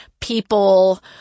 people